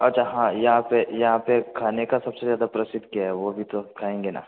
अच्छा हाँ यहाँ पर यहाँ पर खाने का सब से ज़्यादा प्रसिद्ध क्या है वो भी तो खाएंगे ना